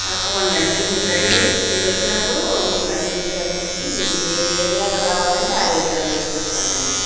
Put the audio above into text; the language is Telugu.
తప్పకుండ అండి మీరు రండి మీరు వచ్చినప్పుడు మీకు అన్నీ విషయాలు చెప్పి మీకు ఏ ఏరియాలో కావాలంటే ఆ ఏరియాలో ఇప్పిస్తానండి